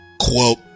Quote